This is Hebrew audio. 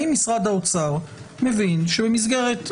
האם משרד האוצר מבין שבמסגרת הרשות,